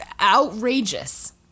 outrageous